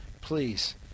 Please